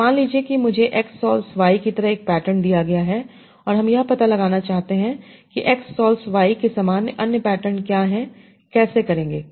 तो मान लीजिए कि मुझे X सॉल्व्स Y की तरह एक पैटर्न दिया गया है और हम यह पता लगाना चाहते हैं कि X सोल्वेस Y के समान अन्य पैटर्न क्या हैं कैसे करेंगे